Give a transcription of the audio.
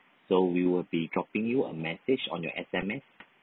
so we will be dropping you a message on your S_M_S